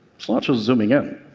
it's not just zooming in.